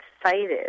excited